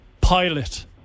Pilot